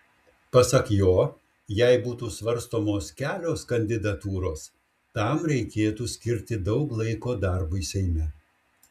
pasak jo jei būtų svarstomos kelios kandidatūros tam reikėtų skirti daug laiko darbui seime